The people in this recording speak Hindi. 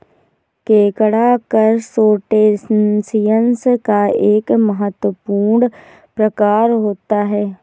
केकड़ा करसटेशिंयस का एक महत्वपूर्ण प्रकार होता है